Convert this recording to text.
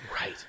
Right